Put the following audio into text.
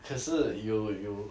可是有有